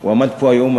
הוא עמד פה היום,